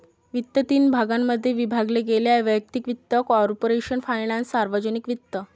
वित्त तीन भागांमध्ये विभागले गेले आहेः वैयक्तिक वित्त, कॉर्पोरेशन फायनान्स, सार्वजनिक वित्त